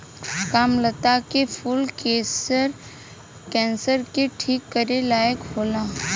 कामलता के फूल कैंसर के ठीक करे लायक होला